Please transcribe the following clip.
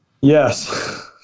yes